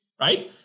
right